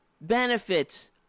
benefits